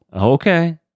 Okay